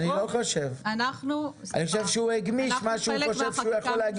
אני חושב שהוא הגמיש מה שהוא חושב שהוא יכול להגמיש.